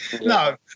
no